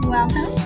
Welcome